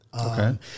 Okay